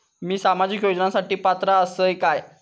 मी सामाजिक योजनांसाठी पात्र असय काय?